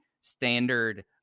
standard